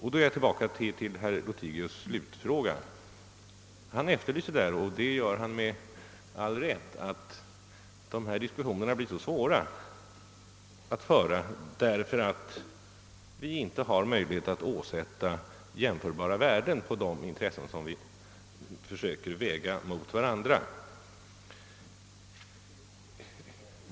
Herr Lothigius betonar slutligen — och med all rätt — att dessa diskussioner blir svåra att föra, därför att vi inte har möjlighet att sätta jämförbara värden på de intressen som vi försöker väga mot varandra.